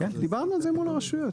דיברתי על זה מול הרשויות.